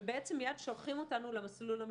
ובעצם מיד שולחים אותנו למסלול המשפטי.